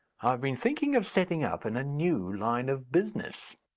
i've been thinking of setting up in a new line of business.